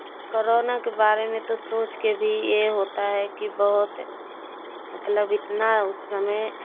corona के बारे में तो सोच के भी ये होता है कि बहुत मतलब इतना उस समय